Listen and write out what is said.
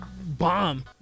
bomb